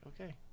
okay